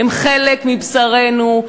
הם חלק מבשרנו,